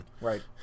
Right